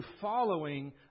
following